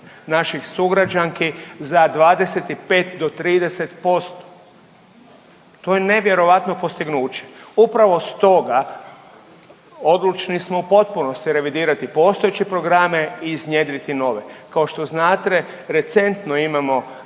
naših sugrađanki za 25 do 30%. To je nevjerojatno postignuće. Upravo stoga odlučni smo u potpunosti revidirati postojeće programe i iznjedriti nove. Kao što znate recentno imamo